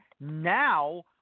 now